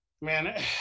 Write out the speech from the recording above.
Man